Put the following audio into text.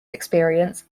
experience